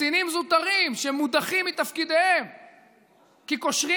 קצינים זוטרים שמודחים מתפקידיהם כי קושרים